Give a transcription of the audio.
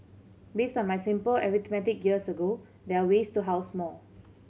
based on my simple arithmetic years ago there are ways to house more